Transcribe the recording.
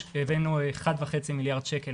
הבאנו 1.5 מיליארד שקל,